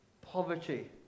poverty